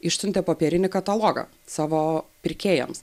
išsiuntė popierinį katalogą savo pirkėjams